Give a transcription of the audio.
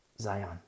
Zion